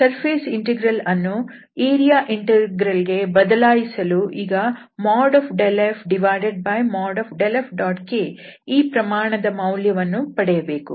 surface integral ಅನ್ನು area integral ಗೆ ಬದಲಾಯಿಸಲು ಈಗ ∇f∇f⋅k ಈ ಪ್ರಮಾಣದ ಮೌಲ್ಯವನ್ನು ಪಡೆಯಬೇಕು